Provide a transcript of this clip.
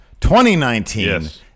2019